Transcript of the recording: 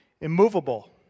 immovable